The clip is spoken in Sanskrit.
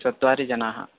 चत्वारः जनाः